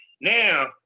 now